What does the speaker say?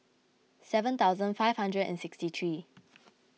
seven thousand five hundred and sixty three